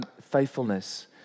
faithfulness